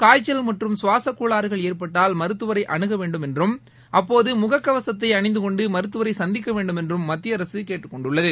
காய்ச்சல் மற்றும் சுவாசக் கோளாறுகள் ஏற்பட்டால் மருத்துவரை அனுக வேண்டும் என்றும் அப்போது முகக்கவசத்தை அணிந்து கொண்டு மருத்துவரை சந்திக்க வேண்டுமென்றும் மத்திய அரசு கேட்டுக் கொண்டுள்ளது